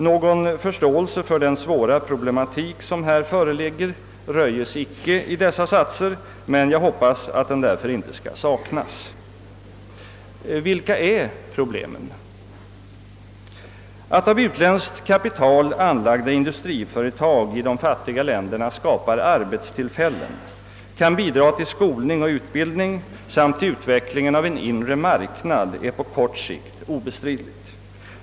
Någon förståelse för den svåra problematik som här föreligger röjes inte i dessa satser, men jag hoppas att den därför inte saknas. Vilka är problemen? Att av utländskt kapital anlagda industriföretag i de fattiga länderna skapar arbetstillfällen, kan bidra till skolning och utbildning samt till utvecklingen av en inre marknad är på kort sikt obestridligt.